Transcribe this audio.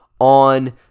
On